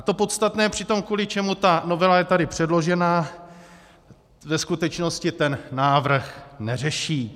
To podstatné přitom, kvůli čemu novela je tady předložena, ve skutečnosti ten návrh neřeší.